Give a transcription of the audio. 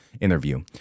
interview